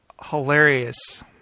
Hilarious